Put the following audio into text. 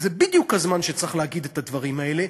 זה בדיוק הזמן שצריך להגיד את הדברים האלה.